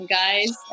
guys